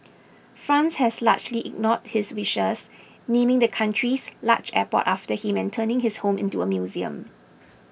France has largely ignored his wishes naming the country's largest airport after him and turning his home into a museum